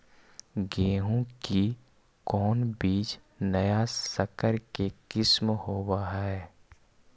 गेहू की कोन बीज नया सकर के किस्म होब हय?